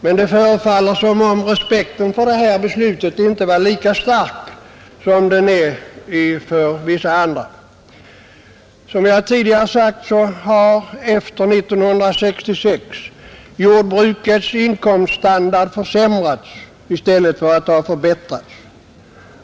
Men det förefaller som om respekten för det här beslutet inte var lika stark som den är för vissa andra, Som jag tidigare sagt har efter 1966 jordbrukets inkomststandard försämrats i stället för att ha förbättrats.